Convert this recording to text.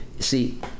See